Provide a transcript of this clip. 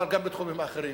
אבל גם בתחומים אחרים?